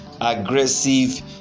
aggressive